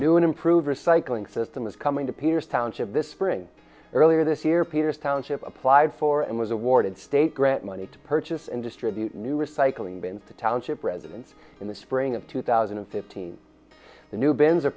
new and improved recycling system is coming to pierce township this spring earlier this year peters township applied for and was awarded state grant money to purchase and distribute new recycling bins to township residents in the spring of two thousand and fifteen the new bins are